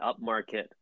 upmarket